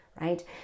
right